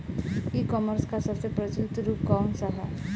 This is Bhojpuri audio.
ई कॉमर्स क सबसे प्रचलित रूप कवन सा ह?